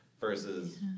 versus